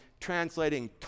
translating